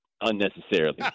unnecessarily